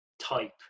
type